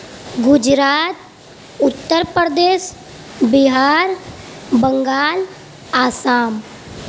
Gujarat Uttar Pradesh Bihar Bengal Assam